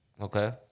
Okay